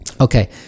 Okay